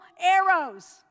arrows